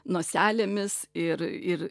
noselėmis ir ir